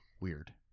Weird